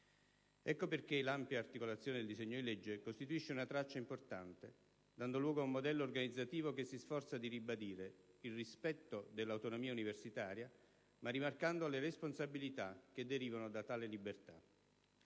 Ecco perché l'ampia articolazione del disegno di legge costituisce una traccia importante, dando luogo a un modello organizzativo che si sforza di ribadire il rispetto dell'autonomia universitaria, ma rimarcando le responsabilità che derivano da tale libertà.